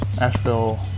Asheville